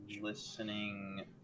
Listening